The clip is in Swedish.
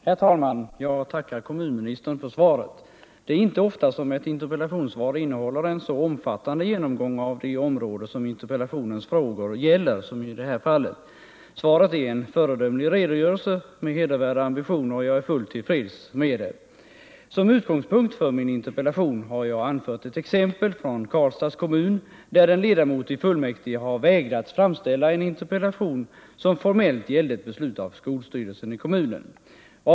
Herr talman! Jag tackar kommunministern för svaret. Det är inte ofta som ett interpellationssvar innehåller en så omfattande genomgång av det område som interpellationens frågor gäller som i detta fall. Svaret är en föredömlig redogörelse med hedervärda ambitioner, och jag är fullt till freds med det. Som utgångspunkt för min interpellation har jag anfört ett exempel från Karlstads kommun, där en ledamot i fullmäktige har vägrats framställa en interpellation som formellt gällde ett beslut av skolstyrelsen i kommunen.